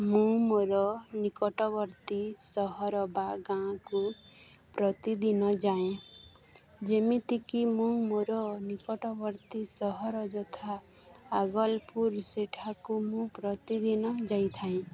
ମୁଁ ମୋର ନିକଟବର୍ତ୍ତୀ ସହର ବା ଗାଁକୁ ପ୍ରତିଦିନ ଯାଏଁ ଯେମିତିକି ମୁଁ ମୋର ନିକଟବର୍ତ୍ତୀ ସହର ଯଥା ଆଗଲପୁର ସେଠାକୁ ମୁଁ ପ୍ରତିଦିନ ଯାଇଥାଏଁ